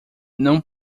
não